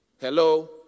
hello